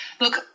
look